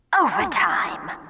Overtime